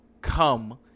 come